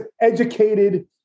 educated